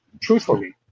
truthfully